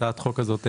הצעת החוק הזאת,